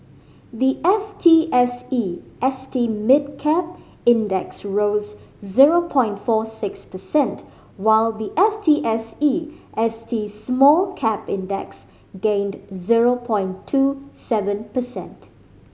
the F T S E S T Mid Cap Index rose zero point four six percent while the F T S E S T Small Cap Index gained zero point two seven percent